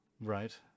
right